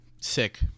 Sick